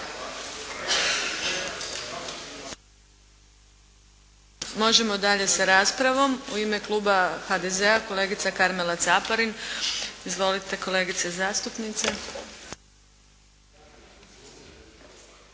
možemo dalje sa raspravom? U ime Kluba HDZ-a kolegica Karmela Caparin. Izvolite kolegice zastupnice.